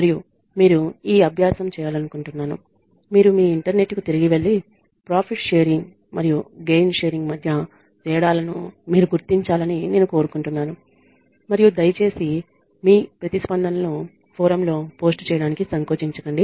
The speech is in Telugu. మరియు మీరు ఈ అభ్యాసము చేయాలనుకుంటున్నాను మీరు మీ ఇంటర్నెట్ కు తిరిగి వెళ్లి ప్రాఫిట్ షేరింగ్ మరియు గేయిన్ షేరింగ్ మధ్య తేడాలను మీరు గుర్తించాలని నేను కోరుకుంటున్నాను మరియు దయచేసి మీ ప్రతిస్పందనలను ఫోరమ్లో పోస్ట్ చేయడానికి సంకోచించకండి